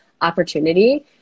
opportunity